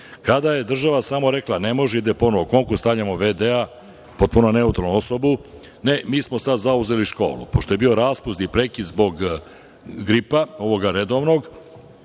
Kada je država samo rekla – ne može, ide ponovo konkurs, stavljamo v.d, potpuno neutralnu osobu. Ne, mi smo sada zauzeli školu. Pošto je bio raspust i prekid zbog gripa, ovog redovnog,